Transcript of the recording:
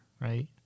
right